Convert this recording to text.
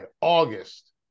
August